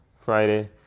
Friday